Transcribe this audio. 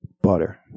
butter